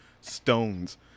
stones